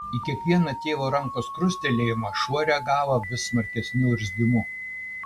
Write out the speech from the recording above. į kiekvieną tėvo rankos krustelėjimą šuo reagavo vis smarkesniu urzgimu